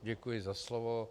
Děkuji za slovo.